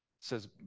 says